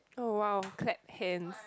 oh !wow! clap hand